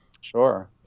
Sure